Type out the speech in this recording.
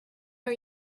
are